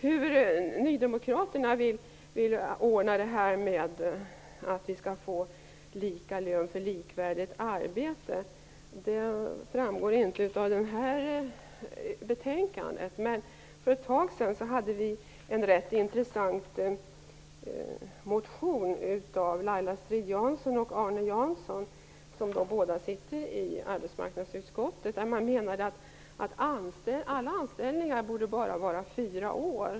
Hur nydemokraterna vill ordna lika lön för likvärdigt arbete framgår inte av betänkandet. För en tid sedan hade vi en rätt intressant motion av Laila StridJansson och Arne Jansson att behandla i arbetsmarknadsutskottet. Där menade de att alla anställningar bara borde gälla i fyra år.